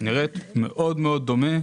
נראית מאוד מאוד דומה,